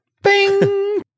Bing